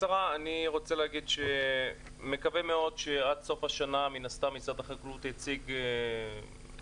אני מקווה מאוד שעד סוף השנה משרד החקלאות יציג חוק